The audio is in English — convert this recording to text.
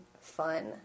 fun